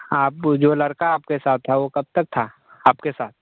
आप जो लड़का आपके साथ वो कब तक था आपके साथ